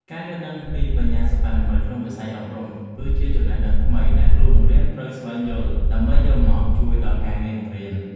ការយល់ដឹងពីបញ្ញាសិប្បនិម្មិតក្នុងវិស័យអប់រំគឺជាចំណេះដឹងថ្មីដែលគ្រូបង្រៀនត្រូវស្វែងយល់ដើម្បីយកមកជួយដល់ការងារបង្រៀន។